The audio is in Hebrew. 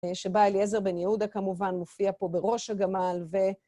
שבה אליעזר בן יהודה כמובן מופיע פה בראש הגמל ו...